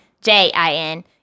j-i-n